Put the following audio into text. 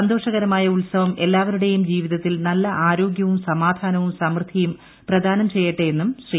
സന്തോഷ്ക്രമായ ഉത്സവം എല്ലാവരുടെയും ജീവിതത്തിൽ നല്ല ആരോഗ്പ്പിട്ടും സമാധാനവും സമൃദ്ധിയും പ്രദാനം ചെയ്യട്ടെയെന്നും ശ്രീ